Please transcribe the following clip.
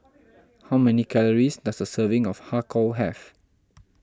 how many calories does a serving of Har Kow have